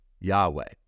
Yahweh